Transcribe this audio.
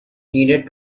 needed